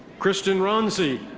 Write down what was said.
kristin ronzi.